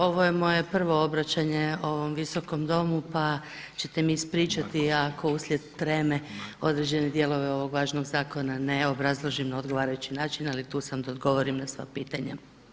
Ovo je moje prvo obraćanje ovom Visokom domu pa ćete mi ispričati ako uslijed treme određene dijelove ovog važnog zakona ne obrazložim na odgovarajući način, ali tu sam da odgovorim na sva pitanja.